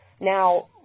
Now